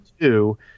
two